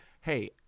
hey